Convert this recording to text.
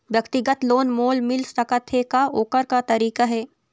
व्यक्तिगत लोन मोल मिल सकत हे का, ओकर का तरीका हे?